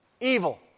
evil